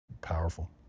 Powerful